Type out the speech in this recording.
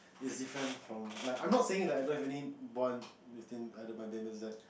is different from like I'm not saying that I don't have any bond within my other band members